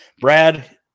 Brad